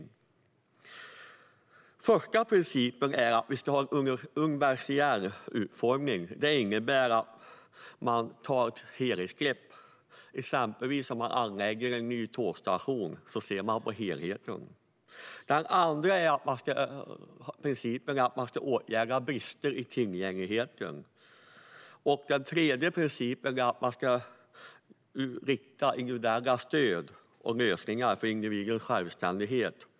Den första principen är att vi ska ha en universell utformning. Den innebär att man tar ett helhetsgrepp. Om man anlägger en ny tågstation ska man till exempel se på helheten. Den andra principen är att man ska åtgärda brister i tillgängligheten. Den tredje principen är att man ska rikta individuella stöd och lösningar för individens självständighet.